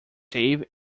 dave